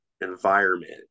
environment